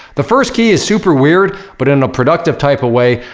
the first key is super weird, but in a productive type of way.